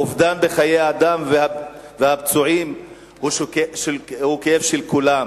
האובדן של חיי אדם והפצועים זה כאב של כולם,